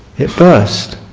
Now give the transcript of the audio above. it burst